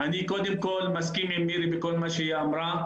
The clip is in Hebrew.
אני קודם כל מסכים עם כל מה שמירי אמרה.